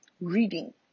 reading